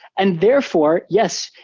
and therefore, yes,